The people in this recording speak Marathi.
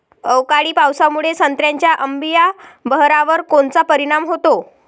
अवकाळी पावसामुळे संत्र्याच्या अंबीया बहारावर कोनचा परिणाम होतो?